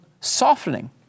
softening